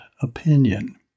opinion